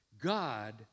God